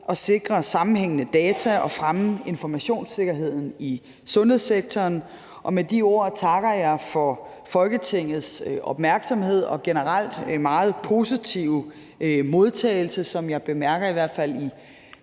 at sikre sammenhængende data og fremme informationssikkerheden i sundhedssektoren. Med de ord takker jeg for Folketingets opmærksomhed og generelt en meget positiv modtagelse, som jeg bemærker i hvert fald i